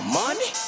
money